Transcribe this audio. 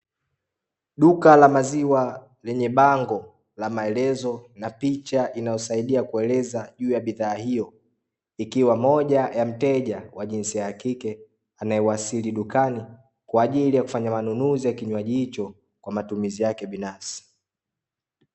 Duka la maziwa lenye bango la maelezo na picha inayosaidia kueleza juu ya bidhaa hiyo ikiwa moja ya mteja wa jinsia ya kike anayewasili dukani kwa ajili ya kufanya manunuzi ya kinywaji hicho kwa matumizi yake binafsi .